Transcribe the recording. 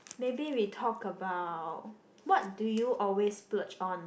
maybe we talk about what do you always splurge on